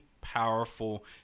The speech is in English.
powerful